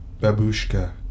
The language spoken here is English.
Babushka